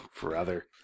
brother